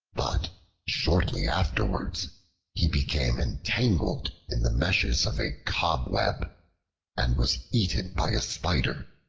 but shortly afterwards he became entangled in the meshes of a cobweb and was eaten by a spider.